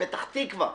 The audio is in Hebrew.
לפתח תקווה,